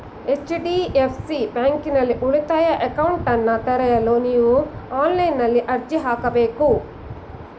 HDFC ಬ್ಯಾಂಕ್ನಲ್ಲಿ ಉಳಿತಾಯ ಅಕೌಂಟ್ನನ್ನ ತೆರೆಯಲು ನೀವು ಆನ್ಲೈನ್ನಲ್ಲಿ ಅರ್ಜಿ ಹಾಕಬಹುದು